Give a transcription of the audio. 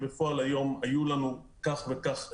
בפועל היום היו לנו כך וכך זרים,